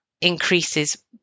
increases